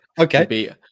Okay